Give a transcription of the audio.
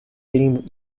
feeling